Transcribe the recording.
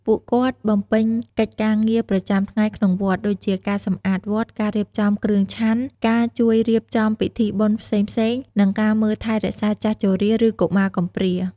ពួកគាត់បំពេញកិច្ចការងារប្រចាំថ្ងៃក្នុងវត្ត ដូចជាការសម្អាតវត្ត ការរៀបចំគ្រឿងឆាន់ ការជួយរៀបចំពិធីបុណ្យផ្សេងៗ និងការមើលថែរក្សាចាស់ជរា ឬកុមារកំព្រា។